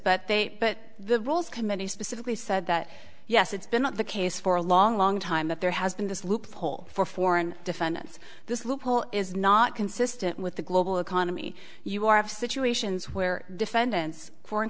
they but the rules committee specifically said that yes it's been the case for a long long time that there has been this loophole for foreign defendants this loophole is not consistent with the global economy you are have situations where defendants foreign